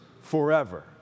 forever